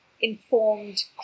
informed